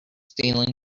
stealing